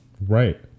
Right